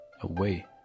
away